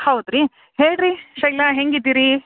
ಹೌದು ರೀ ಹೇಳಿ ರೀ ಶೈಲ ಹೇಗಿದ್ದೀರಿ